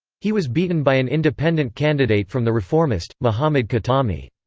he was beaten by an independent candidate from the reformist, mohammad khatami.